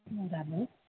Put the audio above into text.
બરાબર